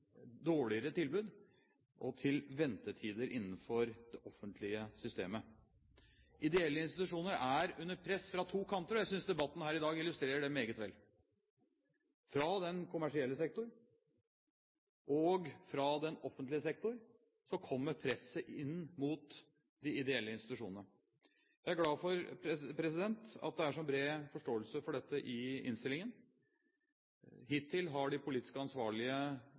dårligere tilbud, og til ventetider innenfor det offentlige systemet. Ideelle institusjoner er under press fra to kanter, og jeg synes debatten her i dag illustrerer det meget vel. Fra den kommersielle sektor, og fra den offentlige sektor, kommer presset inn mot de ideelle institusjonene. Jeg er glad for at det er så bred forståelse for dette i innstillingen. Hittil har de politisk ansvarlige